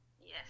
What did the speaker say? Yes